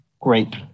Great